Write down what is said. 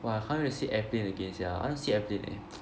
!wah! I can't wait to sit airplane again sia I want to sit airplane eh